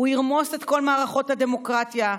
הוא ירמוס את כל מערכות הדמוקרטיה,